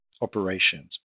operations